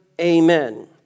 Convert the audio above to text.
amen